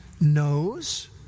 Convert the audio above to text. knows